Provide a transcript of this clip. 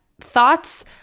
thoughts